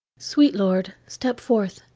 sweet lord, step forth,